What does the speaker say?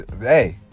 hey